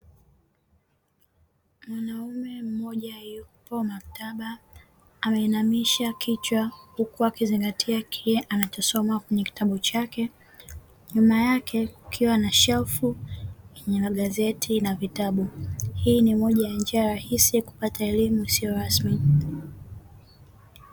Mwanaume mmoja yupo maktaba, ameinamisha kichwa huku akizingatia kile anachosoma kwenye kitabu chake, nyuma yake kukiwa na shelfu yenye magazeti na vitabu. Hii moja ya njia rahisi ya kupata elimu isiyo rasmi.